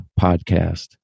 Podcast